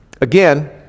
again